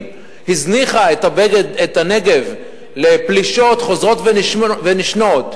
הזניחה את הנגב לפלישות חוזרות ונשנות,